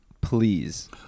Please